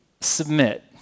submit